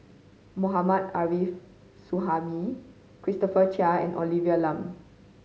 Mohammad Arif Suhaimi Christopher Chia and Olivia Lum